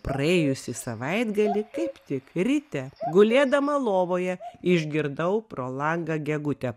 praėjusį savaitgalį kaip tik ryte gulėdama lovoje išgirdau pro langą gegutę